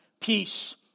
peace